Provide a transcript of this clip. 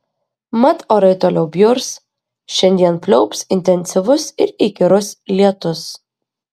mat orai toliau bjurs šiandien pliaups intensyvus ir įkyrus lietus